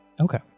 Okay